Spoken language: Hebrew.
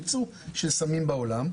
יצוא של סמים בעולם.